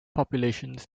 populations